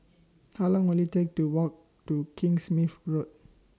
How Long Will IT Take to Walk to King Smith Road